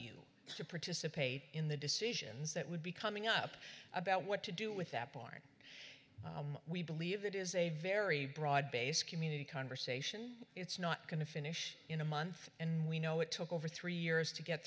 you to participate in the decisions that would be coming up about what to do with that point we believe it is a very broad based community conversation it's not going to finish in a month and we know it took over three years to get